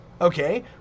Okay